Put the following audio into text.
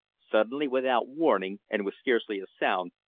suddenly without warning, and with scarcely a sound,